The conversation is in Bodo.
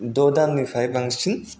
द' दाननिफ्राय बांसिन